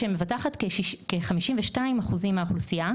שמבטחת כ-52% מהאוכלוסייה,